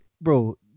Bro